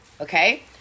okay